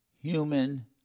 human